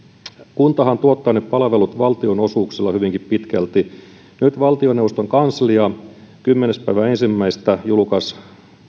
kuntahan tuottaa ne palvelut valtionosuuksilla hyvinkin pitkälti nyt valtioneuvoston kanslia kymmenes ensimmäistä julkaisi